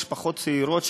משפחות צעירות,